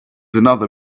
another